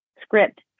script